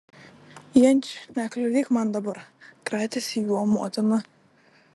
janči nekliudyk man dabar kratėsi juo motina